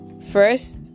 first